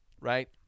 right